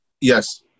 Yes